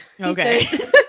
Okay